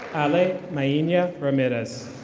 ally mania ramirez.